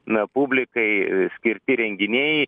na publikai skirti renginiai